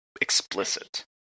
explicit